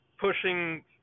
pushing